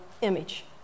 image